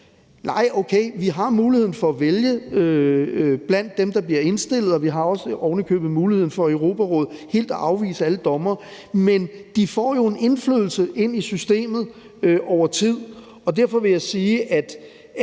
Nej, okay, vi har mulighed for at vælge blandt dem, der bliver indstillet, og vi har ovenikøbet også mulighed for i Europarådet helt at afvise alle dommere, men de får jo en indflydelse ind i systemet over tid, og derfor vil jeg sige, at